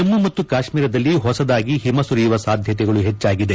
ಜಮ್ನು ಮತ್ತು ಕಾಶ್ಲೀರದಲ್ಲಿ ಹೊಸದಾಗಿ ಹಿಮ ಸುರಿಯುವ ಸಾಧ್ಯತೆಗಳು ಹೆಚ್ಚಾಗಿದೆ